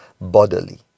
bodily